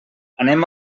anem